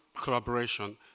collaboration